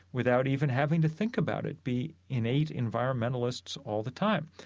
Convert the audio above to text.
without even having to think about it, be innate environmentalists all the time.